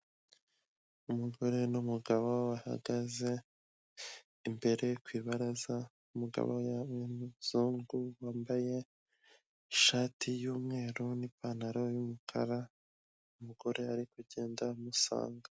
Umugore n'umugabo bahagaze imbere ku ibaraza umugabo w'umuzungu wambaye ishati y'umweru n'ipantaro y'umukara, umugore ari kugenda amusanga.